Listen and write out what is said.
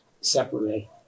separately